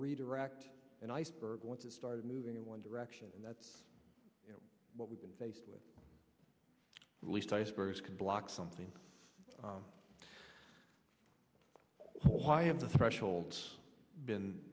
redirect an iceberg once it started moving in one direction and that's you know what we've been faced with at least icebergs can block something why have the thresholds been